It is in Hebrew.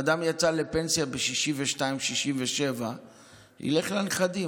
אדם יצא לפנסיה בגיל 62 67 ילך לנכדים.